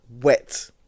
wet